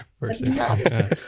person